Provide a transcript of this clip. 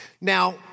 Now